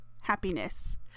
happiness